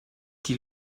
die